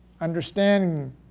understanding